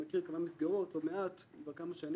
מכיר כמה מסגרות, לא מעט, אני כבר כמה שנים.